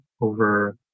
over